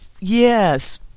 Yes